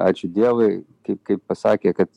ačiū dievui kaip kaip pasakė kad